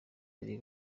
ari